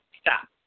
stop